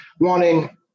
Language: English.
wanting